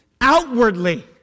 outwardly